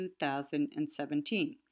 2017